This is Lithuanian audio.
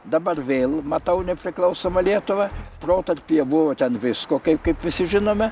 dabar vėl matau nepriklausomą lietuvą protarpyje buvo ten visko kaip kaip visi žinome